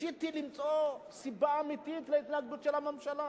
ניסיתי למצוא סיבה אמיתית להתנגדות של הממשלה.